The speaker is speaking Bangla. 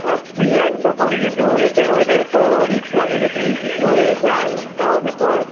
হ্যাঁ ফ্রি হ্যান্ড তো করি কিন্তু ওয়েটের ওইটাই তো রিস্ক লাগে যদি কিছু হয়ে যায় তাহলে তো আর